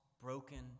broken